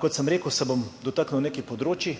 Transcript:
Kot sem rekel, se bom dotaknil nekaj področij,